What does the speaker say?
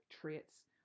traits